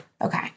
Okay